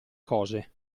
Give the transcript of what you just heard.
cose